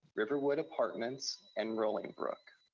riverwood apartments, and rollingbrook.